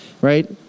right